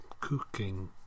cooking